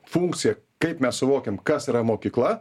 funkcija kaip mes suvokiam kas yra mokykla